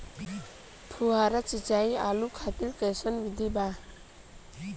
फुहारा सिंचाई आलू खातिर कइसन विधि बा?